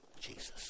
Jesus